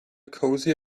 cozy